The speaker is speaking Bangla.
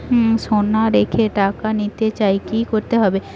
সোনা রেখে টাকা নিতে চাই কি করতে হবে?